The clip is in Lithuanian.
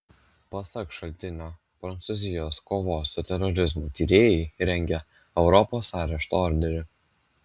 pasak šaltinio prancūzijos kovos su terorizmu tyrėjai rengia europos arešto orderį